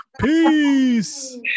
Peace